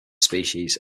species